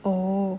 oh